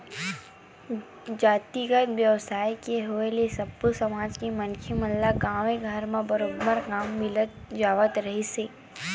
जातिगत बेवसाय के होय ले सब्बो समाज के मनखे मन ल गाँवे घर म बरोबर काम मिल जावत रिहिस हे